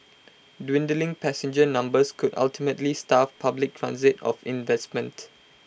dwindling passenger numbers could ultimately starve public transit of investment